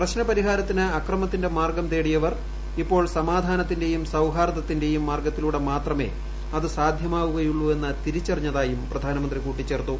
പ്രശ്ന പരിഹാരത്തിന് അക്രമത്തിന്റെ മാ്ർഗ്ഗം തേടിയവർ ഇപ്പോൾ സമാധാനത്തിന്റെയും സൌഹാർദ്ദത്തീന്റെയും മാർഗ്ഗത്തിലൂടെ മാത്രമേ അത് സാധ്യമാവുകയുള്ളു എണ്ണും തിരിച്ചറിഞ്ഞതായും പ്രധാനമന്ത്രി കൂട്ടിച്ചേർത്തു